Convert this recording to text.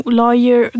lawyer